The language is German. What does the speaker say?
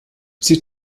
sie